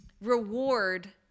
reward